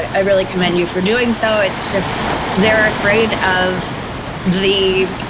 i really commend you for doing so. it's just they're afraid of the,